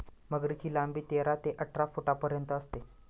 मगरीची लांबी तेरा ते अठरा फुटांपर्यंत असते